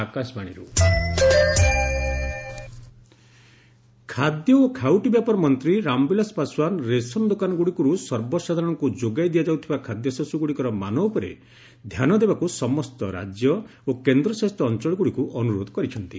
Paswan food quality ଖାଦ୍ୟ ଓ ଖାଉଟି ବ୍ୟାପାର ମନ୍ତ୍ରୀ ରାମବିଳାସ ପାଶ୍ୱାନ ରେସନ ଦୋକାନଗୁଡ଼ିକରୁ ସର୍ବସାଧାରଣଙ୍କୁ ଯୋଗାଇ ଦିଆଯାଉଥିବା ଖାଦ୍ୟଶସ୍ୟଗୁଡ଼ିକର ମାନ ଉପରେ ଧ୍ୟାନ ଦେବାକୁ ସମସ୍ତ ରାଜ୍ୟ ଓ କେନ୍ଦ୍ରଶାସିତ ଅଞ୍ଚଳଗୁଡ଼ିକୁ ଅନୁରୋଧ କରିଛନ୍ତି